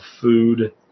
food